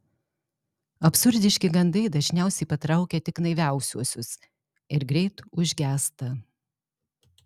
absurdiški gandai dažniausiai patraukia tik naiviausiuosius ir greit užgęsta